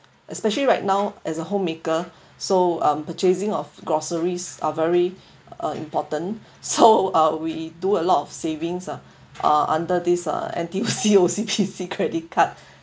especially right now as a homemaker so um purchasing of groceries are very uh important so uh we do a lot of savings ah under this ah N_T_U_C O_C_B_C credit card